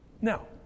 Now